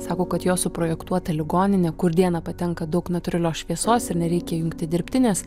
sako kad jo suprojektuota ligoninė kur dieną patenka daug natūralios šviesos ir nereikia jungti dirbtinės